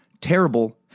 terrible